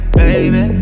baby